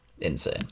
Insane